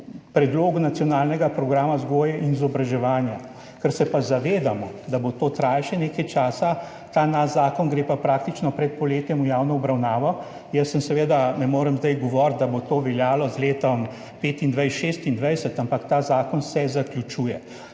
predlogu nacionalnega programa vzgoje in izobraževanja. Ker se pa zavedamo, da bo to trajalo še nekaj časa, ta naš zakon gre pa praktično pred poletjem v javno obravnavo, jaz seveda ne morem zdaj govoriti, da bo to veljalo z letom 2025, 2026, ampak ta zakon se zaključuje.